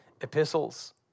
epistles